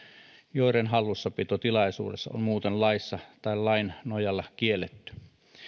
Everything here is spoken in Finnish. joiden hallussapito tilaisuudessa on muuten laissa tai lain nojalla kielletty